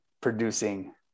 producing